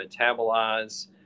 metabolize